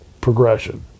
progression